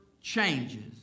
changes